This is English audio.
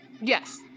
Yes